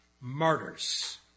martyrs